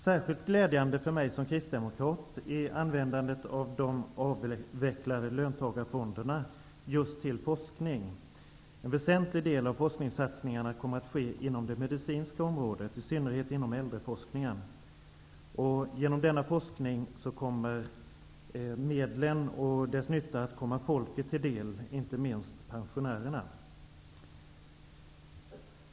Särskilt glädjande för mig som kristdemokrat är användandet av de avvecklade löntagarfonderna just till forskning. En väsentlig del av forskningssatsningarna kommer att ske inom det medicinska området, i synnerhet inom äldreforskningen. Genom denna forskning kommer medlen och dess nytta att komma folket till del, inte minst pensionärerna.